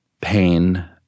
pain